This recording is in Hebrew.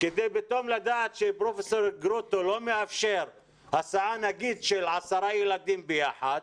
כדי לדעת שפרופסור גרוטו לא מאפשר הסעה של למשל עשרה ילדים ביחד,